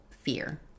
fear